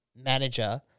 manager